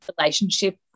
relationship